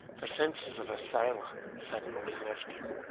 the senses of a sailor suddenly left him,